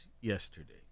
Yesterday